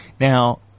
Now